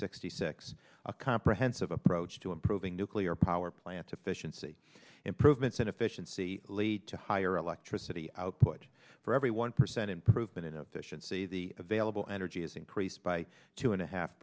sixty six a comprehensive approach to improving nuclear power plant efficiency improvements in efficiency lead to higher electricity output for every one percent improvement in a dish and c the available energy is increased by two and a half